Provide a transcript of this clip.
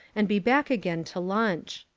and be back again to lunch.